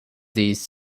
these